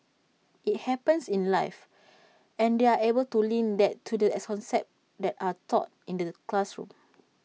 IT happens in life and they're able to link that to the concepts that are taught in the classroom